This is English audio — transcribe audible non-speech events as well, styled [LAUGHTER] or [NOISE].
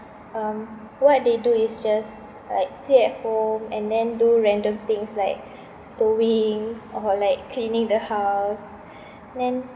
um what they do is just like sit at home and then do random things like sewing [LAUGHS] or like cleaning the house then